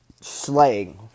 slaying